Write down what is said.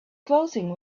clothing